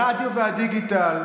הרדיו והדיגיטל,